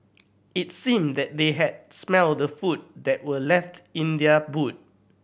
it seemed that they had smelt the food that were left in their boot